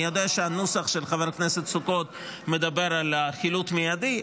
אני יודע שהנוסח של חבר הכנסת סוכות מדבר על חילוט מיידי,